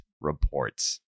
reports